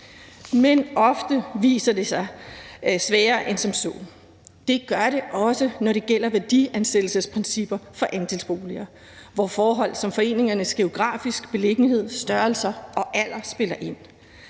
men ofte viser det sig sværere end som så. Det gør det også, når det gælder værdiansættelsesprincipper for andelsboliger, hvor forhold som foreningernes geografiske beliggenhed, størrelser og alder spiller ind,